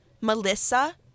Melissa